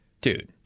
dude